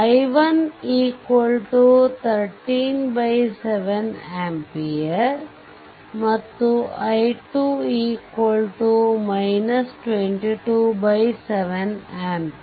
i1 13 7 ampere ಮತ್ತು i2 22 7 ampere